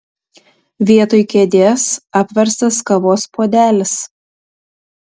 vietoj kėdės apverstas kavos puodelis